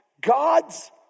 God's